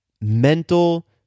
mental